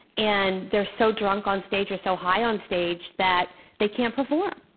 and they're so drunk on stage or so high on stage that they can't perform.